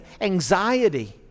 anxiety